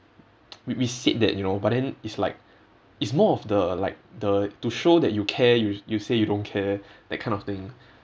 we we said that you know but then it's like it's more of the like the to show that you care y~ you say you don't care that kind of thing